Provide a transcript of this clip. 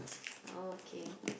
oh okay